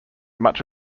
much